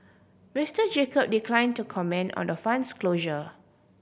Mister Jacob decline to comment on the fund's closure